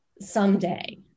someday